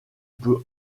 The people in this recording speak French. peut